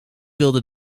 wilde